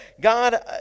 God